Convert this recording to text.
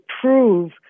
prove